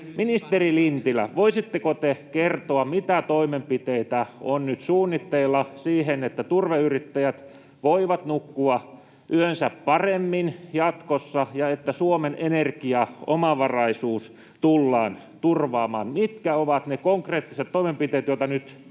Ministeri Lintilä, voisitteko te kertoa, mitä toimenpiteitä on nyt suunnitteilla siihen, että turveyrittäjät voivat nukkua yönsä paremmin jatkossa ja että Suomen energiaomavaraisuus tullaan turvaamaan? Mitkä ovat ne konkreettiset toimenpiteet, joita nyt tullaan